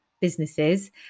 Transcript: businesses